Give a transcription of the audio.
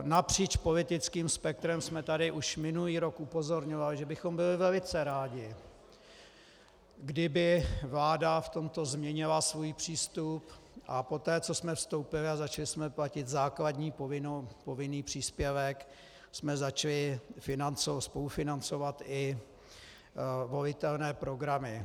Napříč politickým spektrem jsme tady už minulý rok upozorňovali, že bychom byli velice rádi, kdyby vláda v tomto změnila svůj přístup, a poté co jsme vstoupili a začali jsme platit základní povinný příspěvek, jsme začali spolufinancovat i volitelné programy.